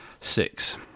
six